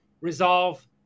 resolve